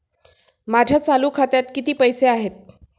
माझ्या चालू खात्यात किती पैसे आहेत?